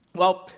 well,